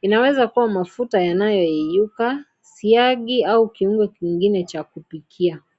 Inaweza kuwa ni mafuta yanayoyeyuka, siagi au kiungo kingine cha kupikia.